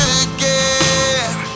again